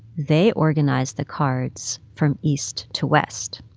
they organized the cards from east to west.